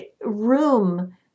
room